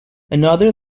another